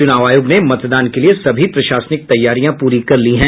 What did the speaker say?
चुनाव आयोग ने मतदान के लिये सभी प्रशासनिक तैयारियां पूरी कर ली है